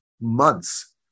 months